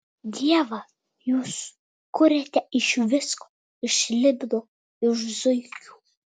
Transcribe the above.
dievą jūs kuriate iš visko iš slibino iš zuikių